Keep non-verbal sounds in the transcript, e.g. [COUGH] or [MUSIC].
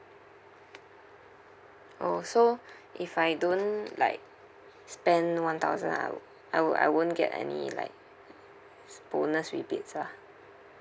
oh so [BREATH] if I don't like spend one thousand I'll I'll I won't get any like s~ bonus rebates lah